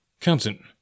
Captain